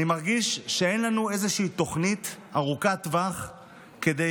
אני מרגיש שאין לנו תוכנית ארוכת טווח כדי